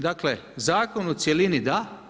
Dakle, zakon u cjelini da.